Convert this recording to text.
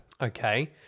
Okay